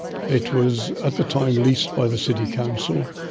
it was at the time leased by the city council,